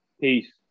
Peace